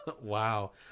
Wow